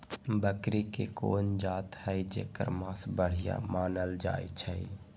बकरी के कोन जात हई जेकर मास बढ़िया मानल जाई छई?